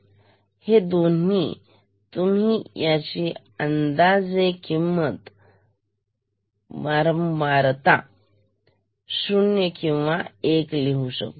999 काहीतरी आणि ह्या दोन्हीतुम्ही ह्याची अंदाजे किंमत 0 किंवा 1लिहू शकता